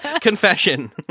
Confession